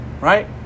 right